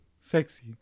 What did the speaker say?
sexy